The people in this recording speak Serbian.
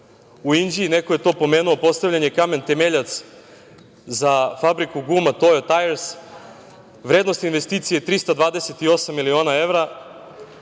U Inđiji, neko je to pomenuo, postavljen je kamen temeljac za fabriku guma "Tojo tajers". Vrednost investicije je 328 miliona evra.